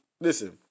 listen